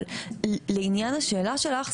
לשאלך,